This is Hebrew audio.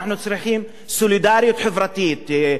אנחנו צריכים סולידריות חברתית,